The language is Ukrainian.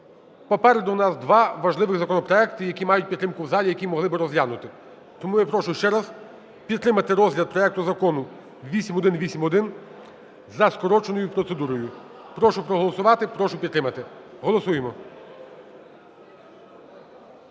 Попереду у нас два важливих законопроекти, які мають підтримку в залі, які могли би розглянути. Тому я прошу ще раз підтримати розгляд проекту закону 8181 за скороченою процедурою. Прошу проголосувати, прошу підтримати. Голосуємо.